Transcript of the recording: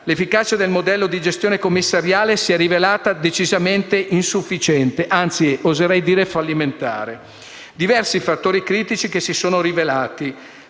l'efficacia del modello di gestione commissariale si è rivelata decisamente insufficiente, anzi, oserei dire fallimentare. Diversi i fattori critici emersi: la